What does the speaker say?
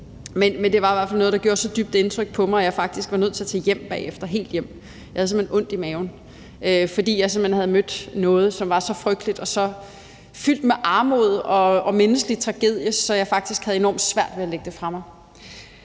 men det var i hvert fald noget, der gjorde så dybt indtryk på mig, at jeg faktisk var nødt til at tage helt hjem bagefter. Jeg havde simpelt hen ondt i maven, fordi jeg havde mødt noget, der var så frygteligt og så fyldt med armod og menneskelig tragedie, at jeg faktisk havde enormt svært ved at lægge det fra mig.